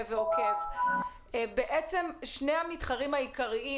ועוקב אחרי הדיון שבעצם שני המתחרים העיקריים